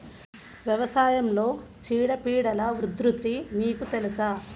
వ్యవసాయంలో చీడపీడల ఉధృతి మీకు తెలుసా?